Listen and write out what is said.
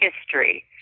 history